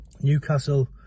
Newcastle